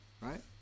right